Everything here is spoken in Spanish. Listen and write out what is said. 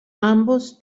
ambos